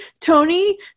Tony